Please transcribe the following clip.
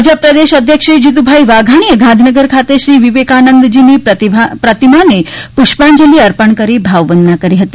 ભાજપ પ્રદેશ અધ્યક્ષ શ્રી જીતુભાઇ વાઘાણીને ગાંધીનગર ખાતે શ્રી વિવેકાંનદજીની પ્રતિમાને પુષ્પાંજલિ અર્પણ કરી ભાવવંદના કરી હતી